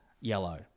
Yellow